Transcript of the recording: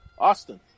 Austin